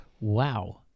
wow